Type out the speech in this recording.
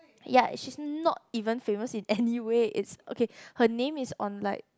ya she not even famous in anywhere is okay her name is on like